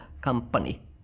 company